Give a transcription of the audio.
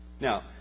Now